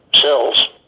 cells